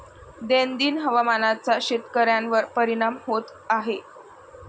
दैनंदिन हवामानाचा शेतकऱ्यांवर परिणाम होत आहे